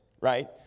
right